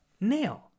nail